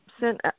sent